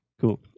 Cool